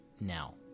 now